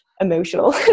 emotional